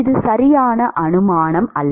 இது சரியான அனுமானம் அல்ல